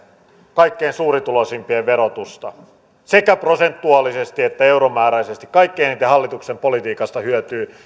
kaikkein suurituloisimpien verotusta sekä prosentuaalisesti että euromääräisesti kaikkein eniten hallituksen politiikasta hyötyvät